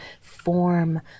form